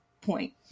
point